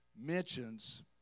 mentions